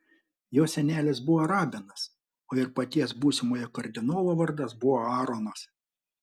jo senelis buvo rabinas o ir paties būsimojo kardinolo vardas buvo aaronas